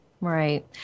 right